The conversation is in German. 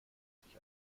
sich